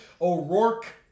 O'Rourke